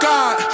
God